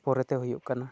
ᱯᱚᱨᱮ ᱛᱮ ᱦᱩᱭᱩᱜ ᱠᱟᱱᱟ